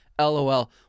LOL